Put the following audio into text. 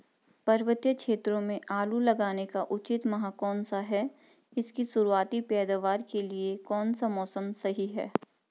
पर्वतीय क्षेत्रों में आलू लगाने का उचित माह कौन सा है इसकी शुरुआती पैदावार के लिए कौन सा मौसम सही है?